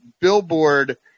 billboard